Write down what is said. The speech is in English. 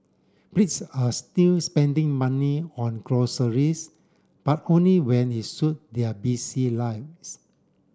Brits are still spending money on groceries but only when it suit their busy lives